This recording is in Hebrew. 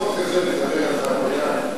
החוק הזה מדבר על חוות דעת?